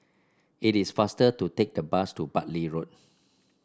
it is faster to take the bus to Bartley Road